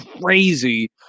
crazy